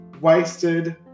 wasted